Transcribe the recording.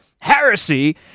heresy